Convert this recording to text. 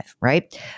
right